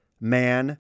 man